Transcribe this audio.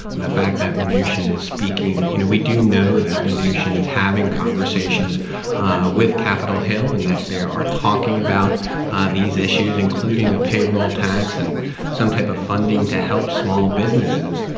and the fact that mnuchin is speaking you know, we do know that mnuchin is having conversations with capitol hill and that they are are talking about these issues, including a payroll tax and some type of funding to help small businesses.